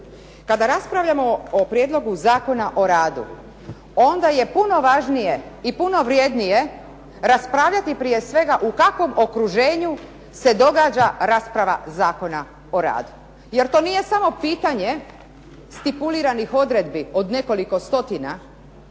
Kada raspravljamo o Prijedlogu zakona o radu onda je puno važnije i puno vrjednije raspravljati prije svega u kakvom okruženju se događa rasprava Zakona o radu jer to nije samo pitanje stipuliranih odredbi od nekoliko stotina